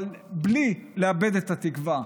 אבל בלי לאבד את התקווה.